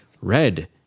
red